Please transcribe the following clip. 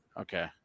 Okay